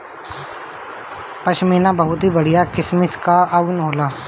पश्मीना बहुत बढ़िया किसिम कअ ऊन होला